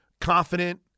confident